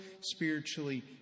spiritually